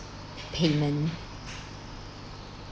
payment